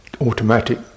automatic